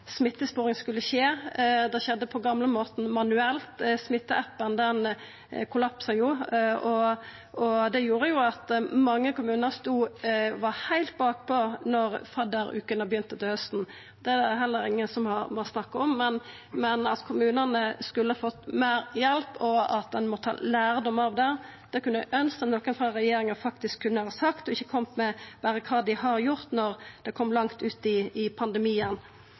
skulle skje. Det skjedde på gamlemåten, manuelt. Smittestoppappen kollapsa jo, og det gjorde at mange kommunar var heilt bakpå da faddervekene begynte på hausten. Det er det heller ikkje nokon som har snakka om. At kommunane skulle fått meir hjelp, og at ein må ta lærdom av det, kunne eg ønskt at nokon frå regjeringa faktisk hadde sagt, og ikkje berre koma med kva dei har gjort, når det kom langt uti pandemien. Så vil eg ta opp ein ting i